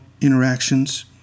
interactions